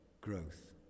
growth